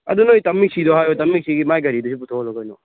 ꯑꯗꯣ ꯅꯣꯏ ꯗꯥ ꯃꯦꯛꯁꯤꯗꯣ ꯍꯥꯏꯌꯣ ꯗꯥ ꯃꯦꯛꯁꯤꯒꯤ ꯃꯥꯏ ꯒꯥꯔꯤꯗꯨꯁꯨ ꯄꯨꯊꯣꯛꯍꯜꯂꯣ ꯀꯩꯅꯣ